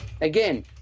Again